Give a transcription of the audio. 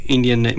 Indian